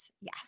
yes